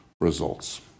results